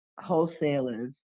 wholesalers